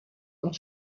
und